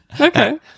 Okay